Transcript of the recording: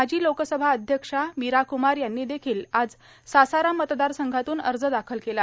माजी लोकसभा अध्यक्ष मीरा कुमार यांनी देखिल आज सासाराम मतदारसंघातून अर्ज दाखल केला